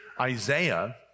Isaiah